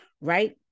Right